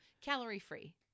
calorie-free